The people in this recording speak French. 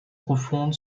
profonde